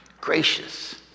gracious